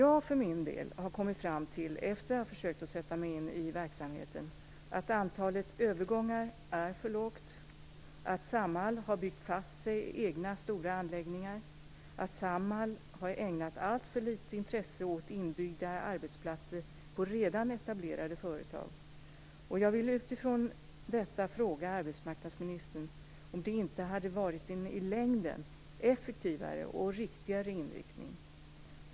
Efter att ha försökt sätta mig in i verksamheten har jag för min del kommit fram till att antalet övergångar är för lågt, att Samhall har byggt fast sig i egna stora anläggningar och att Samhall har ägnat alltför litet intresse åt inbyggda arbetsplatser på redan etablerade företag. Jag vill utifrån detta fråga arbetsmarknadsministern om det inte hade varit en i längden effektivare och riktigare inriktning.